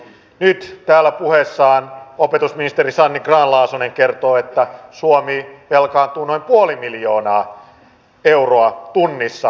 nyt täällä puheessaan opetusministeri sanni grahn laasonen kertoo että suomi velkaantuu noin puoli miljoonaa euroa tunnissa